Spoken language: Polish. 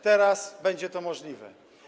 Teraz będzie to możliwe.